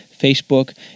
Facebook